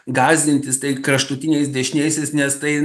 gąsdintis tai kraštutiniais dešiniaisiais nes tai